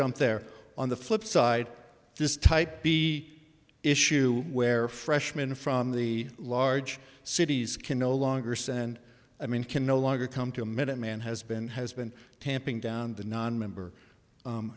jump there on the flip side this type b issue where freshmen from the large cities can no longer stand i mean can no longer come to a minuteman has been has been tamping down the nonmember